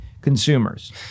consumers